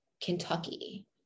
Kentucky